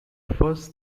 first